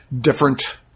different